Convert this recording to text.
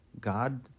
God